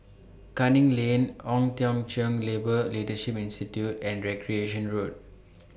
Canning Lane Ong Teng Cheong Labour Leadership Institute and Recreation Road